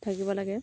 থাকিব লাগে